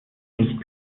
nicht